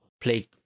play